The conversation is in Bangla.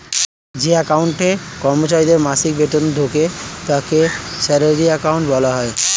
যে অ্যাকাউন্টে কর্মচারীদের মাসিক বেতন ঢোকে তাকে স্যালারি অ্যাকাউন্ট বলা হয়